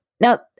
Now